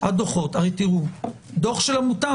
דוח שמותאם,